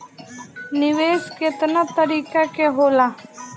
निवेस केतना तरीका के होला?